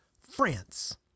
France